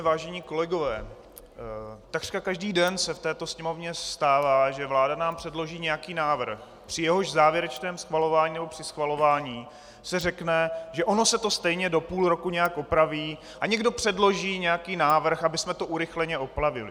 Vážené kolegyně, vážení kolegové, takřka každý den se v této Sněmovně stává, že vláda nám předloží nějaký návrh, při jehož závěrečném schvalování nebo při schvalování se řekne, že ono se to stejně do půl roku nějak opraví a někdo předloží nějaký návrh, abychom to urychleně opravili.